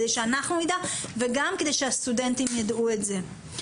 כדי שאנחנו נדע, וגם כדי שהסטודנטים ידעו את זה.